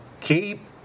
Keep